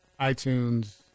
iTunes